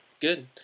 Good